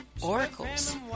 oracles